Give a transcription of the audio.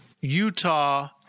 Utah